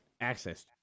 access